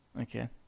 Okay